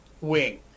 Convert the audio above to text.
wing